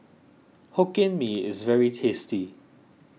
Hokkien Mee is very tasty